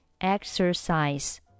exercise